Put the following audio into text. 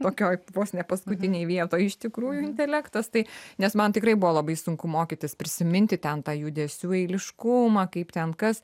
tokioj vos ne paskutinėj vietoj iš tikrųjų intelektas tai nes man tikrai buvo labai sunku mokytis prisiminti ten tą judesių eiliškumą kaip ten kas